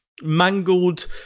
mangled